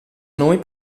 noi